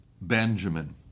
Benjamin